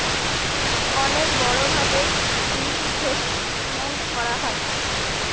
অনেক বড়ো ভাবে ইনভেস্টমেন্ট করা হয়